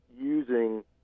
using